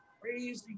crazy